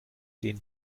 den